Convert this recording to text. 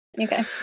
Okay